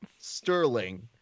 Sterling